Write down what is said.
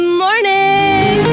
morning